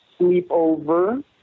Sleepover